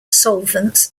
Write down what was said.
solvents